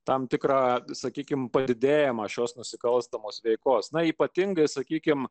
tam tikrą sakykime padidėjimą šios nusikalstamos veikos na ypatingai sakykime